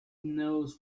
knows